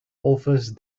office